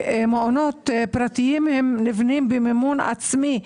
מעונות פרטיים נבנים במימון עצמי.